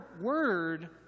word